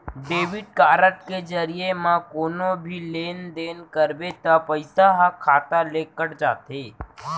debit card के जरिये म कोनो भी लेन देन करबे त पइसा ह खाता ले कट जाथे